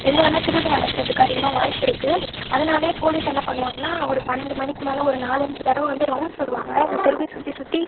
எங்கே வேணால் திருடு நடக்கிறதுக்கு அதிகமாக வாய்ப்பிருக்குது அதனாலேயே போலீஸ் என்ன பண்ணுவாங்கன்னால் ஒரு பன்னெண்டு மணிக்கு மேலே ஒரு நாலஞ்சு தடவை வந்து ரௌண்ட்ஸ் வருவாங்க எங்கள் தெருவே சுற்றி சுற்றி